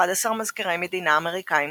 אחד עשר מזכירי מדינה אמריקאים